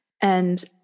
And-